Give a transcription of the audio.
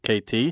KT